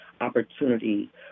opportunity